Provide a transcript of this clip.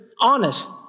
honest